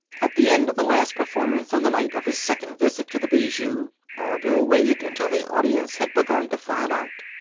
at the end of the last performance on the night of his second visit to the bijou, orville waited until the audience had begun to file out.